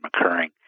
occurring